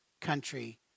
country